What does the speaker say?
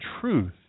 truth